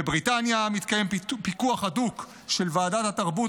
בבריטניה מתקיים פיקוח הדוק של ועדת התרבות,